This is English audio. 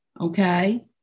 Okay